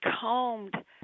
combed